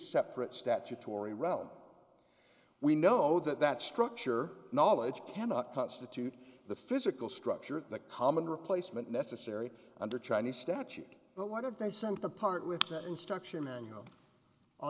separate statutory realm we know that that structure knowledge cannot constitute the physical structure the common replacement necessary under chinese statute but what if they sent the part with that instruction manual